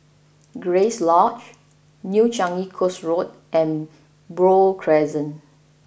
Grace Lodge New Changi Coast Road and Buroh Crescent